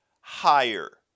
higher